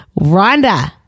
Rhonda